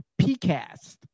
PCast